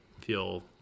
feel